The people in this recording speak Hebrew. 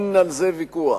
על זה אין ויכוח,